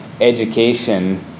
education